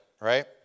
right